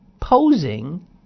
posing